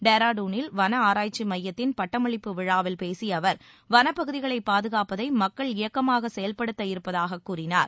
டேராடூனில் வன ஆராய்ச்சி மையத்தின் பட்டமளிப்பு விழாவில் பேசிய அவர் வனப்பகுதிகளை பாதுகாப்பதை மக்கள் இயக்கமாக செயல்படுத்த இருப்பதாகக் கூறினார்